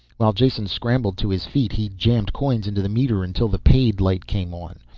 while jason scrambled to his feet, he jammed coins into the meter until the paid light came on.